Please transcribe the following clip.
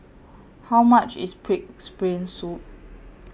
How much IS Pig'S Brain Soup